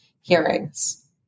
hearings